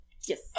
Yes